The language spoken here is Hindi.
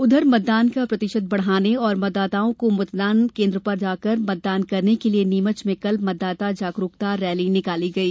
उधर मतदान का प्रतिशत बढ़ाने और मतदाताओं को मतदान केन्द्र पर जाकर मतदान करने के लिये नीमच में कल मतदाता जागरूकता रैली निकाली गई